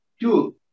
Two